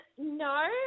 No